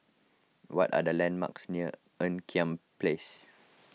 what are the landmarks near Ean Kiam Place